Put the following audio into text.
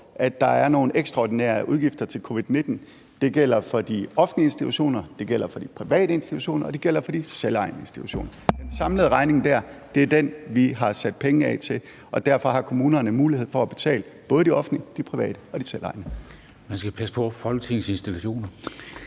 at der er nogle ekstraordinære udgifter til covid-19. Det gælder for de offentlige institutioner, det gælder for de private institutioner, og det gælder for de selvejende institutioner. Den samlede regning, der er dér, er den, vi har sat penge af til, og derfor har kommunerne mulighed for at betale både de offentlige, de private og de selvejende. Kl. 13:16 Formanden (Henrik